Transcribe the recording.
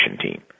team